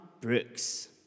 Brooks